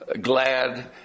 glad